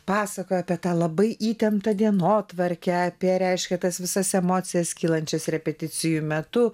pasakoja apie tą labai įtemptą dienotvarkę apie reiškia tas visas emocijas kylančias repeticijų metu